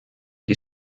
que